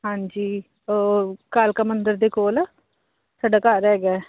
ਹਾਂਜੀ ਕਾਲਕਾ ਮੰਦਰ ਦੇ ਕੋਲ ਸਾਡਾ ਘਰ ਹੈਗਾ ਹੈ